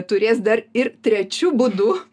turės dar ir trečiu būdu